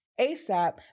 ASAP